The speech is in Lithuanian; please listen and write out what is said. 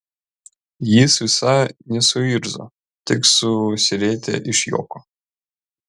jis visai nesuirzo tik susirietė iš juoko